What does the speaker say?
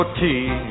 tea